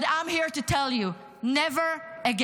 but I'm here to tell you: never again.